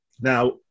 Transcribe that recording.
Now